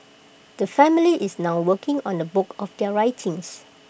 the family is now working on A book of their writings